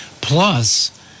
plus